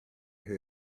her